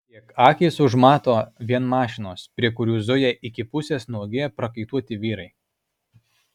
kiek akys užmato vien mašinos prie kurių zuja iki pusės nuogi prakaituoti vyrai